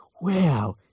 wow